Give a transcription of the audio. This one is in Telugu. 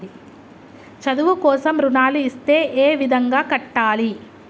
చదువు కోసం రుణాలు ఇస్తే ఏ విధంగా కట్టాలి?